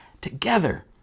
together